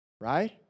right